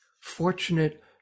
fortunate